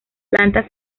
planta